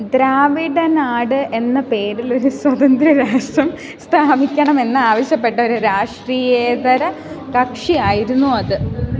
ദ്രാവിഡനാട് എന്ന പേരിൽ ഒരു സ്വതന്ത്രരാഷ്ട്രം സ്ഥാപിക്കണമെന്ന് ആവശ്യപ്പെട്ട ഒരു രാഷ്ട്രീയേതര കക്ഷിയായിരുന്നു അത്